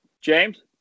James